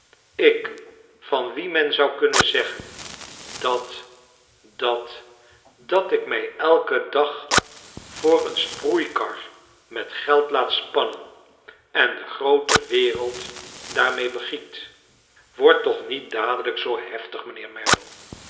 ik van wien men zou kunnen zeggen dat dat dat ik mij eiken dag voor een sproeikar met geld laat spannen en de groote wereld daarmee begiet word toch niet dadelijk zoo heftig mijnheer merdle